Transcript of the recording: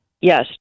Yes